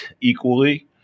equally